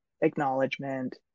acknowledgement